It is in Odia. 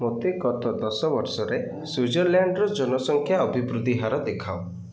ମୋତେ ଗତ ଦଶ ବର୍ଷରେ ସ୍ୱିଜର୍ଲ୍ୟାଣ୍ଡ୍ର ଜନସଂଖ୍ୟା ଅଭିବୃଦ୍ଧି ହାର ଦେଖାଅ